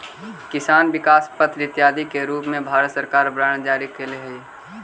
किसान विकास पत्र इत्यादि के रूप में भारत सरकार बांड जारी कैले हइ